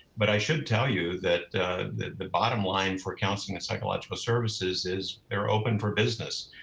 but i should tell you that the bottom line for counseling and psychological services is they're open for business.